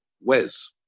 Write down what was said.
Wes